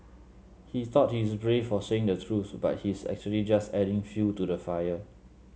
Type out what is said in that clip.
he thought he's brave for saying the truth but he's actually just adding fuel to the fire